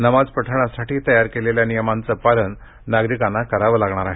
नमाज पठणसाठी तयार केलेल्या नियमांचं पालन नागरिकांना करावं लागणार आहे